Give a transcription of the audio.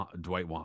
Dwight